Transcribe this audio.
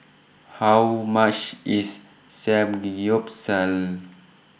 How much IS Samgyeopsal